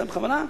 בכוונה,